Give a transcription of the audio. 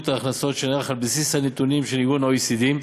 ההכנסות שנערך על בסיס הנתונים של ה-OECD.